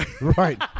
Right